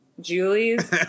Julie's